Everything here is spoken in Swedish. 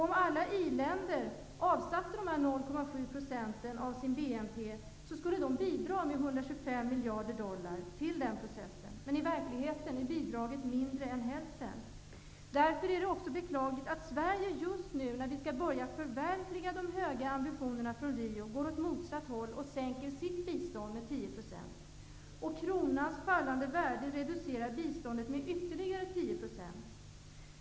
Om alla i-länder avsatte miljarder dollar till den här processen. Men i verkligheten är bidraget mindre än hälften. Därför är det beklagligt att Sverige just nu, när vi skall börja förverkliga de höga ambitionerna från Rio, går åt motsatt håll och minskar sitt bistånd med 10 %. Kronans fallande värde reducerar biståndet med ytterligare 10 %.